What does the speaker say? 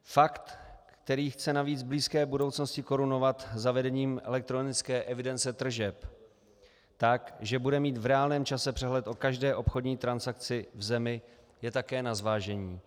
Fakt, který chce navíc v blízké budoucnosti korunovat zavedením elektronické evidence tržeb tak, že bude mít v reálném čase přehled o každé obchodní transakci v zemi, je také na zvážení.